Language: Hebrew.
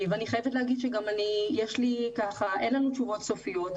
עוד אין לנו תשובות סופיות,